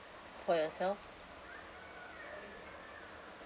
for yourself